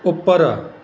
ਉੱਪਰ